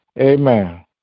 Amen